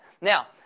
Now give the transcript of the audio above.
Now